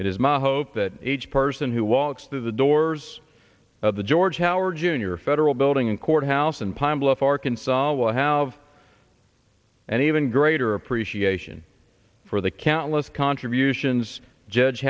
it is my hope that each person who walks through the doors of the george howard jr federal building in courthouse in pine bluff arkansas will have an even greater appreciation for the countless contributions judge